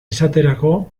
esaterako